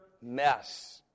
mess